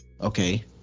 Okay